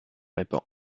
répand